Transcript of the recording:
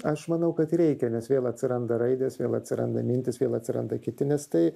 aš manau kad reikia nes vėl atsiranda raidės vėl atsiranda mintys vėl atsiranda kiti nes tai